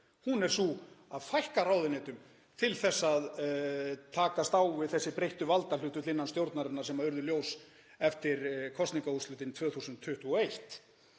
Hún er sú að fækka ráðuneytum til að takast á við þau breyttu valdahlutföll innan stjórnarinnar sem urðu ljós eftir kosningaúrslitin 2021.